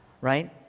right